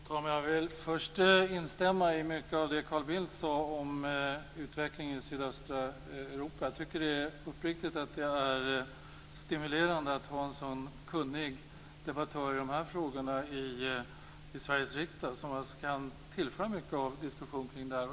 Fru talman! Jag vill först instämma i mycket av det som Carl Bildt sade om utvecklingen i sydöstra Europa. Jag tycker uppriktigt att det är stimulerande att vi i Sveriges riksdag har en så kunnig debattör i de frågorna, som kan tillföra mycket till diskussionen.